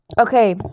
okay